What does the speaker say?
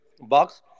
box